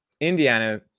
Indiana